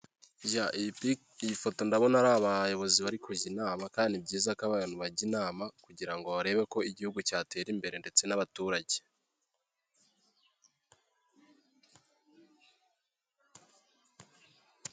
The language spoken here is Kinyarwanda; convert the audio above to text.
Iyi foto ndabona ari abayobozi bari kujya inama kandi byiza ko abantu bajya inama kugira ngo barebe ko igihugu cyatera imbere ndetse n'abaturage.